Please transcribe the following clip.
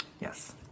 yes